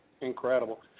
Incredible